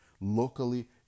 locally